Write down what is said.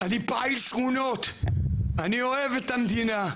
אני פעיל שכונות אני אוהב את המדינה,